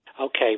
Okay